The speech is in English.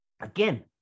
again